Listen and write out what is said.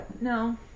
No